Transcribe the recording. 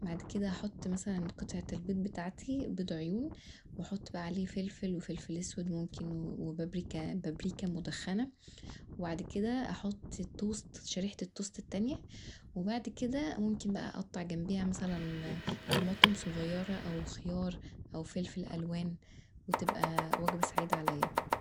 بعد كدا احط مثلا قطعه البيض بتاعتي، بيض عيون واحط عليه فلفل وفلفل اسود وممكن بابريكا، بابريكا مدخنه وبعد كدا احط توست، شريحة التوست التانيه وبعد كدا ممكن لقي اقطع جنبيها مثلا طماطم صغيره او خيار او فلفل ألوان وتبقي وجبة سعيده عليا.